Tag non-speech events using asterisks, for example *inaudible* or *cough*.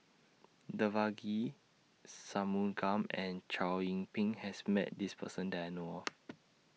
Devagi Sanmugam and Chow Yian Ping has Met This Person that I know of *noise*